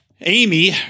Amy